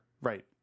Right